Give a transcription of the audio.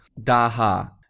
daha